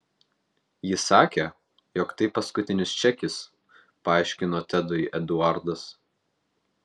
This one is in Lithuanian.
ji sakė jog tai paskutinis čekis paaiškino tedui eduardas